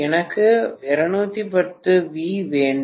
எனக்கு 210 வி வேண்டும்